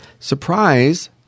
Surprise